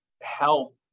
help